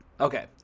okay